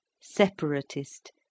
separatist